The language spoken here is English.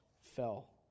fell